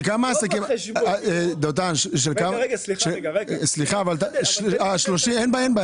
ה-30 מיליון חשבוניות עליהן אתה